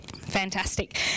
fantastic